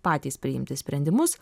patys priimti sprendimus